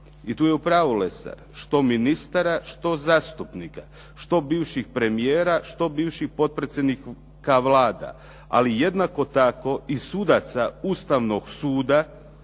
i tu je u pravu Lesar, što ministara, što zastupnika, što bivših premijera, što bivših potpredsjednika vlada, ali jednako tako i sudaca Ustavnog suda